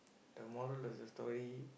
the moral of the story